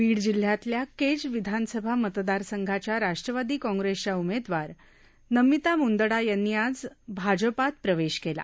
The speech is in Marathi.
बीड जिल्ह्यातल्या केज विधानसभा मतदार संघाच्या राष्ट्रवादी कॉंग्रेसच्या उमेदवार नमिता मुंदडा यांनी आज भारतीय जनता पार्टीत प्रवेश केला